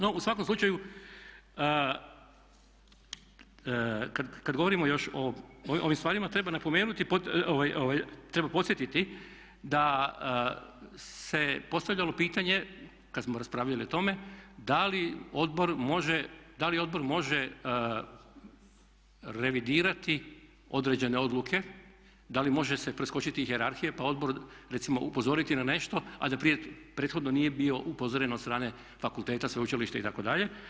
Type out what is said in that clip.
No u svakom slučaju kad govorimo još o ovim stvarima treba napomenuti, treba podsjetiti da se postavljalo pitanje kad smo raspravljali o tome da li odbor može revidirati određene odluke, da li može se preskočiti hijerarhija pa odbor recimo upozoriti na nešto a da prethodno nije bio upozoren od strane fakulteta, sveučilišta itd.